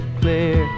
clear